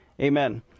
amen